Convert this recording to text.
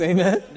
Amen